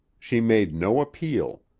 she made no appeal.